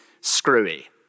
screwy